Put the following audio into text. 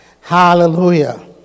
Hallelujah